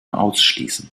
ausschließen